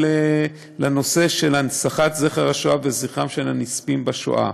הנושא של הנצחת זכר השואה וזכרם של הנספים בשואה.